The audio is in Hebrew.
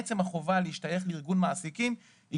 עצם החובה להשתייך לארגון מעסיקים היא